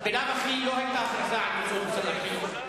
בלאו הכי לא היתה הכרזה על, משרד החינוך.